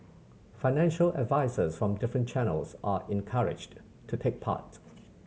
financial advisers from different channels are encouraged to take part